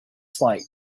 flight